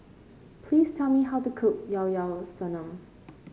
please tell me how to cook Llao Llao Sanum